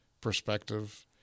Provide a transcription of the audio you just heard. perspective